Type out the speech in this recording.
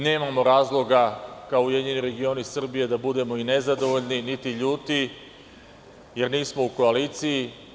Nemamo razloga, kao Ujedinjeni regioni Srbije, da budemo nezadovoljni, niti ljuti, jer nismo u koaliciji.